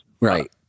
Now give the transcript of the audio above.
Right